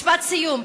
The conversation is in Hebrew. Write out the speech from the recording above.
משפט סיום.